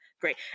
great